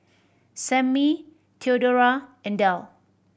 Sammy Theodora and Del